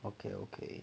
okay okay